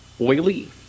Oily